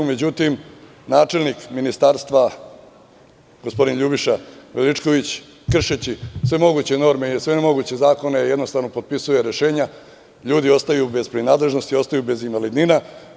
Međutim, načelnim ministarstva, gospodin Ljubiša Veličković, kršeći sve moguće norme i zakone, jednostavno potpisuje rešenja, ljudi ostaju bez prinadležnosti, ostaju bez invalidnina.